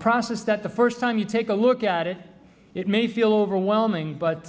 process that the first time you take a look at it it may feel overwhelming but